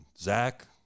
Zach